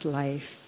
life